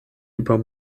über